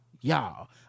y'all